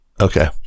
Okay